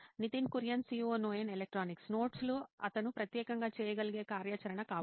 Nitin Kurian COO నోయిన్ electronics notes లు అతను ప్రత్యేకంగా చేయగలిగే కార్యాచరణ కావచ్చు